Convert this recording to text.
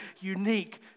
unique